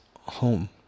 home